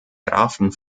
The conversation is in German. grafen